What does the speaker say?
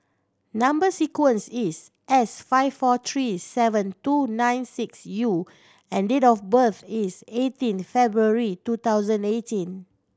number sequence is S five four three seven two nine six U and date of birth is eighteen February two thousand eighteen